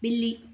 ॿिली